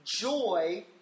joy